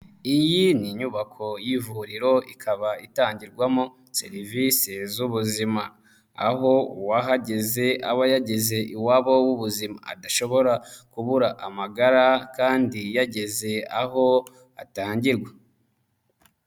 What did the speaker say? Iyi ni inyubako y'ivuriro, ikaba itangirwamo serivise z'ubuzima, aho uwahageze aba yageze iwabo w'ubuzima, adashobora kubura amagara kandi yageze aho atangirwa.